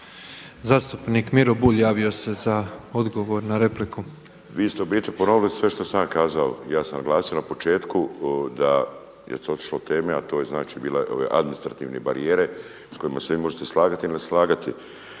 Zastupnik Miro Bulj javio se za odgovor na repliku.